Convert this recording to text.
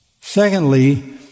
Secondly